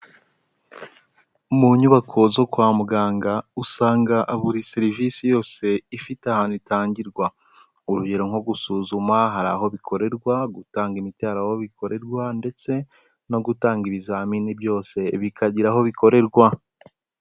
Mu nyubako zo kwa muganga usanga buri serivisi yose ifite ahantu itangirwa, urugero nko gusuzuma hari aho bikorerwa, gutanga imiti hari aho bikorerwa ndetse no gutanga ibizamini byose bikagira aho bikorerwa.